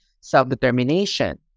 self-determination